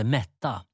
Metta